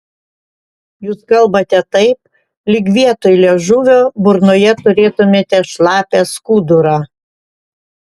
jūs kalbate taip lyg vietoj liežuvio burnoje turėtumėte šlapią skudurą